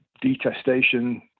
detestation